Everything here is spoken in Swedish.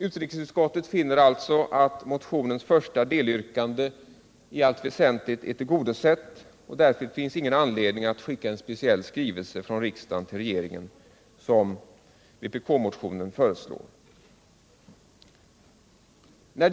Utrikesutskottet finner alltså att motionens första delyrkande i allt väsentligt är tillgodosett, och därför finns det ingen anledning att skicka en speciell skrivelse från riksdagen till regeringen, vilket föreslås i vpkmotionen.